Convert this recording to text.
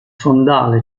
fondale